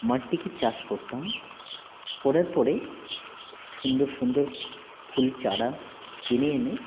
মাঠটিকে চাষ করতাম করার পরে সুন্দর সুন্দর ফুল চারা কিনে এনে